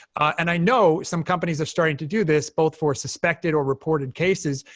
and i know some companies are starting to do this both for suspected or reported cases,